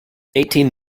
eighteen